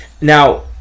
Now